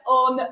on